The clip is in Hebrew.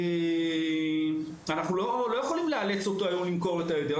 אין ביכולתנו היום לאלץ אותו למכור את העדר,